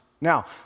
Now